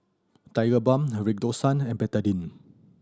Tigerbalm Redoxon and Betadine